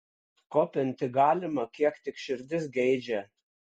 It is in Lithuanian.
kopinti galima kiek tik širdis geidžia